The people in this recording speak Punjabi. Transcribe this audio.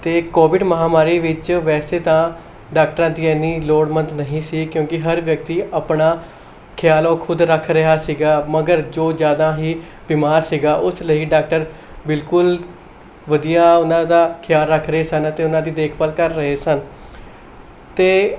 ਅਤੇ ਕੋਵਿਡ ਮਹਾਂਮਾਰੀ ਵਿੱਚ ਵੈਸੇ ਤਾਂ ਡਾਕਟਰਾਂ ਦੀ ਐਨੀ ਲੋੜਵੰਦ ਨਹੀਂ ਸੀ ਕਿਉਂਕਿ ਹਰ ਵਿਅਕਤੀ ਆਪਣਾ ਖਿਆਲ ਉਹ ਖੁਦ ਰੱਖ ਰਿਹਾ ਸੀਗਾ ਮਗਰ ਜੋ ਜ਼ਿਆਦਾ ਹੀ ਬਿਮਾਰ ਸੀਗਾ ਉਸ ਲਈ ਡਾਕਟਰ ਬਿਲਕੁਲ ਵਧੀਆ ਉਹਨਾਂ ਦਾ ਖਿਆਲ ਰੱਖ ਰਹੇ ਸਨ ਅਤੇ ਉਹਨਾਂ ਦੀ ਦੇਖਭਾਲ ਕਰ ਰਹੇ ਸਨ ਅਤੇ